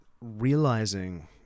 realizing